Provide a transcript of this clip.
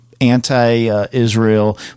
anti-Israel